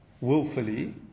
willfully